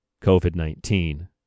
COVID-19